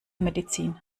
medizin